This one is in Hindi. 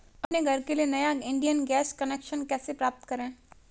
अपने घर के लिए नया इंडियन गैस कनेक्शन कैसे प्राप्त करें?